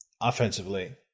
offensively